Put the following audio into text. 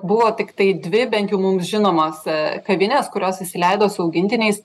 buvo tiktai dvi bent jau mum žinomos kavinės kurios įsileido su augintiniais